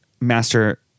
master